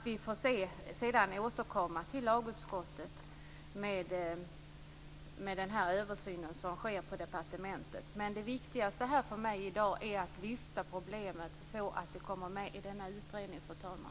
Vi får sedan återkomma till lagutskottet med resultatet av den översyn som sker på departementet. Det viktigaste för mig i dag är att lyfta fram problemet så att det kommer med i utredningen.